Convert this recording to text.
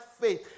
faith